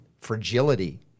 fragility